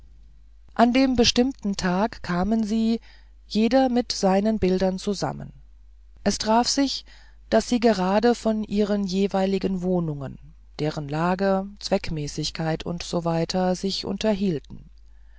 an dem bestimmten tage kamen sie jeder mit seinen bildern zusammen es traf sich daß sie gerade von ihren jeweiligen wohnungen deren lage zweckmäßigkeit usw sich unterhielten